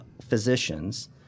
physicians